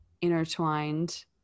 intertwined